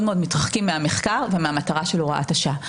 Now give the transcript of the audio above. מאוד מתרחקים מהמחקר ומהמטרה של הוראת השעה.